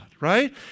right